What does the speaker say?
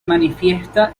manifiesta